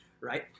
right